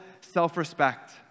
self-respect